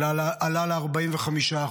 אלא עלה ל-45%.